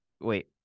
Wait